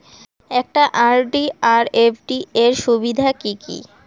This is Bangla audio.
একটা আর.ডি আর এফ.ডি এর সুবিধা কি কি?